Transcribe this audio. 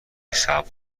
صعب